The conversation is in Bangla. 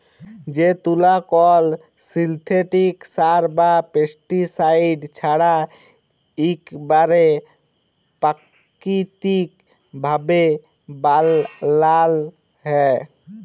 যে তুলা কল সিল্থেটিক সার বা পেস্টিসাইড ছাড়া ইকবারে পাকিতিক ভাবে বালাল হ্যয়